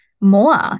more